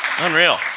Unreal